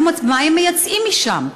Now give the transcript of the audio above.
מה הם מייצאים משם?